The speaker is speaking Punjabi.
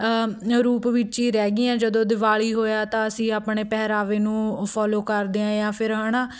ਰੂਪ ਵਿੱਚ ਹੀ ਰਹਿ ਗਈਆਂ ਜਦੋਂ ਦਿਵਾਲੀ ਹੋਇਆ ਤਾਂ ਅਸੀਂ ਆਪਣੇ ਪਹਿਰਾਵੇ ਨੂੰ ਫੋਲੋ ਕਰਦੇ ਹਾਂ ਜਾਂ ਫਿਰ ਹੈ ਨਾ